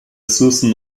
ressourcen